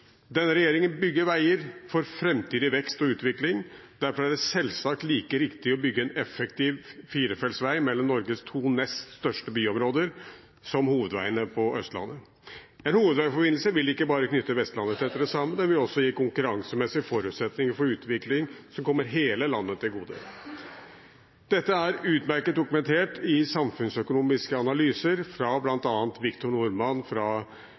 Denne regjeringen bygger veier for framtidig vekst og utvikling. Derfor er det selvsagt like riktig å bygge en effektiv firefelts vei mellom Norges to nest største byområder som hovedveiene på Østlandet. En hovedveiforbindelse vil ikke bare knytte Vestlandet tettere sammen. Den vil også gi konkurransemessige forutsetninger for utvikling som kommer hele landet til gode. Dette er utmerket dokumentert i samfunnsøkonomiske analyser fra